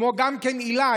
כמו כן היל"ה,